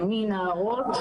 מנערות,